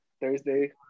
Thursday